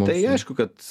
tai aišku kad